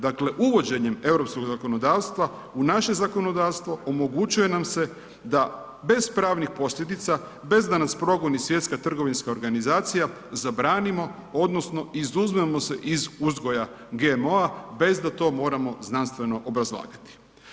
Dakle, uvođenjem europskog zakonodavstva u naše zakonodavstvo omogućuje nam se da bez pravnih posljedica, bez da nas progoni Svjetska trgovinska organizacija zabranim odnosno izuzmemo se iz uzgoja GMO-a bez da to moramo znanstveno obrazlagati.